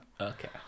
Okay